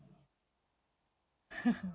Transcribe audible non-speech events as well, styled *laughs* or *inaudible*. *laughs*